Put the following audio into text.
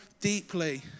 deeply